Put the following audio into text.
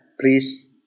please